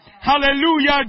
Hallelujah